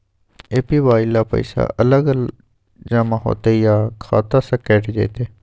APY ल पैसा अलग स जमा होतै या खाता स कैट जेतै?